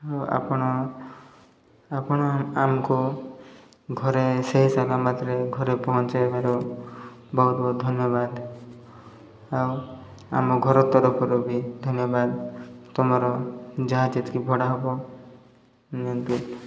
ଆଉ ଆପଣ ଆପଣ ଆମକୁ ଘରେ ସେହି ମାତ୍ରେ ଘରେ ପହଞ୍ଚାଇବାରୁ ବହୁତ ବହୁତ ଧନ୍ୟବାଦ ଆଉ ଆମ ଘର ତରଫରୁ ବି ଧନ୍ୟବାଦ ତୁମର ଯାହା ଯେତିକି ଭଡ଼ା ହବ ନିଅନ୍ତୁ